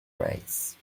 race